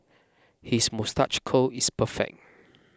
his moustache curl is perfect